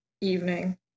evening